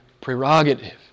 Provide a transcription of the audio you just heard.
prerogative